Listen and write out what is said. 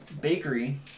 bakery